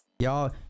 y'all